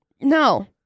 No